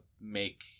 make